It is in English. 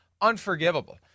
unforgivable